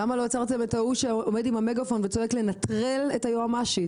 למה לא עצרתם את ההוא שעומד עם המגאפון וצועק לנטרל את היועמ"שית,